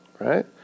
Right